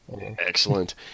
Excellent